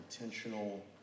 intentional